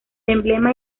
emblema